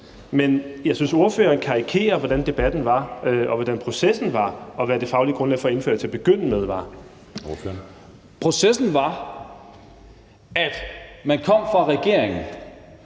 Men jeg synes, ordføreren karikerer, hvordan debatten var, hvordan processen var, og hvad det faglige grundlag for at indføre det til at begynde med var. Kl. 16:34 Anden næstformand